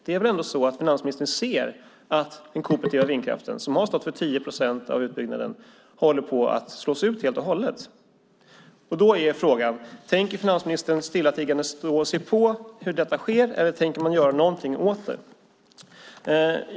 Det är väl ändå så att finansministern ser att den kooperativa vindkraften, som har stått för 10 procent av utbyggnaden, håller på att slås ut helt och hållet? Då är frågan: Tänker finansministern stillatigande stå och se på hur detta sker, eller tänker han göra någonting åt det?